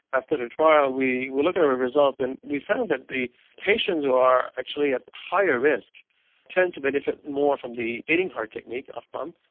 after the trial we were looking at the results and we found that the patients who are actually at higher risk tend to benefit more from the beating heart technique, off pump,